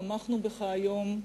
תמכנו בך היום,